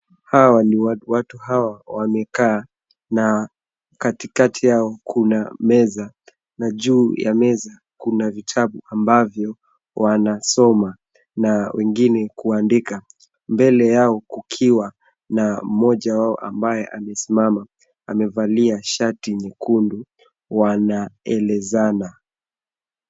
Watu hawa wamekaa na katikati yao kuna meza na juu ya meza kuna vitabu ambavyo wanasoma na wengine kuandika mbele yao kukiwa na mmoja wao ambaye amesimama. Amevalia shati nyekundu wanaelezana.